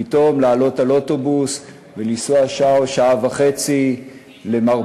פתאום לעלות לאוטובוס ולנסוע שעה או שעה וחצי למרפאה,